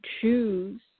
choose